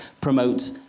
promote